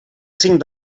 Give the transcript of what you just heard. cinc